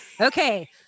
okay